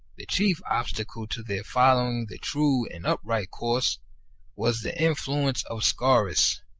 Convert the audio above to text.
the chief obstacle to their following the true and upright course was the influence of scaurus,